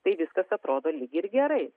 tai viskas atrodo lyg ir gerai